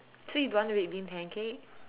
so you don't want the red bean pancake